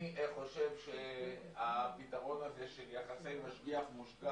אני חושב שהפתרון הזה של יחסי משגיח-מושגח,